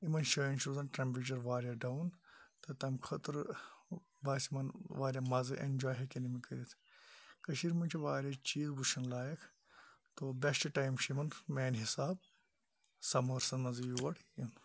یِمَن جایَن چھُ روزان ٹرمپیچَر واریاہ ڈاوُن تہٕ تمہٕ خٲطرٕ باسہِ یِمَن واریاہ مَزٕ ایٚنجاے ہیٚکن یِم کٔرِتھ کٔشیٖر مَنٛز چھِ واریاہ چیٖز وٕچھِنۍ لایَق تو بیشٹ ٹایم چھُ یِمَن میانہِ حساب سَمٲرسَن مَنٛزٕے یور یُن